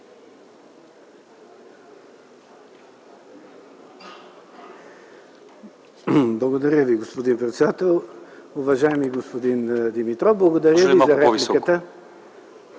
Благодаря Ви, господин председател. Уважаеми господин Димитров, благодаря Ви за репликата,